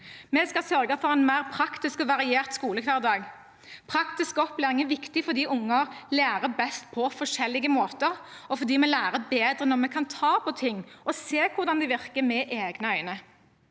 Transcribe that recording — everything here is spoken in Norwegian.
Vi skal sørge for en mer praktisk og variert skolehverdag. Praktisk opplæring er viktig fordi unger lærer best på forskjellige måter, og fordi vi lærer bedre når vi kan ta på ting og se med egne øyne